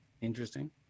Interesting